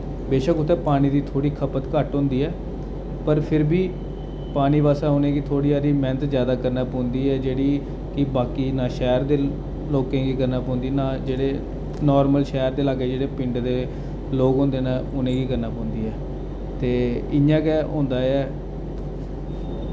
बेशक उत्थै पानी दी थोह्ड़ी खपत घट्ट होंदी ऐ पर फ्ही बी पानी आस्तै उ'नें गी थोह्ड़ी हारी मेह्नत जैदा करने पौंदी ऐ जेह्ड़ी कि बाकी ना शैह्र दे लोकें गी करना पौंदी ना जेह्ड़े नार्मल शैह्र दे लाग्गे जेह्ड़े पिंड दे लोक होंदे न उनें गी करने पौंदी ऐ ते इ'यां गै होंदा ऐ